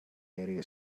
eighty